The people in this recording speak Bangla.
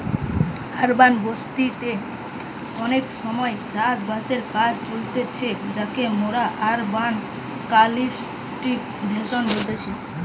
আরবান বসতি তে অনেক সময় চাষ বাসের কাজ চলতিছে যাকে মোরা আরবান কাল্টিভেশন বলতেছি